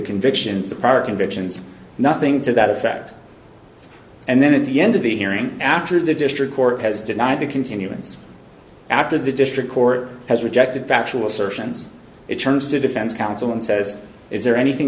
convictions the prior convictions nothing to that effect and then at the end of the hearing after the district court has denied the continuance after the district court has rejected factual assertions it turns to defense counsel and says is there anything